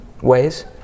ways